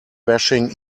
bashing